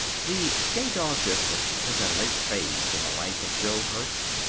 the gay-dog business was a late phase in the life of jo hertz.